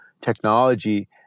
technology